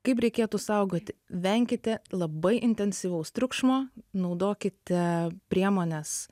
kaip reikėtų saugoti venkite labai intensyvaus triukšmo naudokite priemones